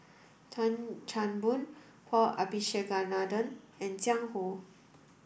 Tan Chan Boon Paul Abisheganaden and Jiang Hu